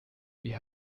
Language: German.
wir